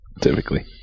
Typically